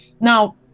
Now